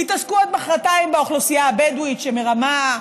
יתעסקו עד מוחרתיים באוכלוסייה הבדואית שמרמה,